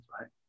right